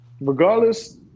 regardless